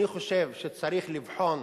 אני חושב שצריך לבחון